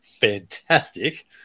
fantastic